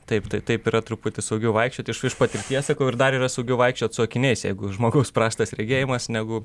taip tai taip yra truputį saugiau vaikščioti iš patirties sakau ir dar yra saugiau vaikščiot su akiniais jeigu žmogaus prastas regėjimas negu